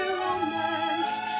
romance